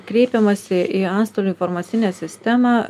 kreipiamasi į antstolių informacinę sistemą